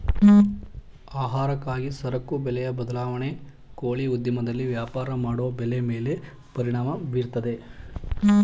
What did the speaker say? ಆಹಾರಕ್ಕಾಗಿ ಸರಕು ಬೆಲೆಯ ಬದಲಾವಣೆ ಕೋಳಿ ಉದ್ಯಮದಲ್ಲಿ ವ್ಯಾಪಾರ ಮಾಡೋ ಬೆಲೆ ಮೇಲೆ ಪರಿಣಾಮ ಬೀರ್ತದೆ